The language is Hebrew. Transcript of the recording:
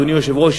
אדוני היושב-ראש,